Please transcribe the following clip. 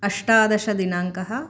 अष्टादशदिनाङ्कः